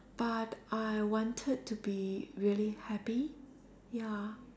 but I wanted to be really happy ya